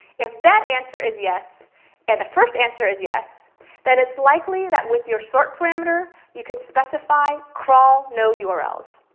if that answer is yes and the first answer is yes then it's likely that with your sort parameter you could specify crawl no urls.